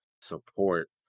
support